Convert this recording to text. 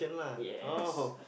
yes